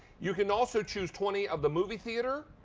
you can also choose twenty of the movie theater,